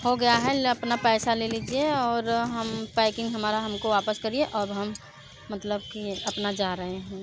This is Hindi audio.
हो गया है अपना पैसा ले लीजिए और हम पैकिंग हमारा हमको वापस करिये अब हम मतलब कि अपना जा रहे हैं